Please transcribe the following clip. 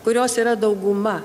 kurios yra dauguma